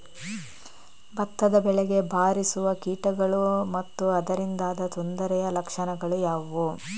ಭತ್ತದ ಬೆಳೆಗೆ ಬಾರಿಸುವ ಕೀಟಗಳು ಮತ್ತು ಅದರಿಂದಾದ ತೊಂದರೆಯ ಲಕ್ಷಣಗಳು ಯಾವುವು?